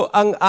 ang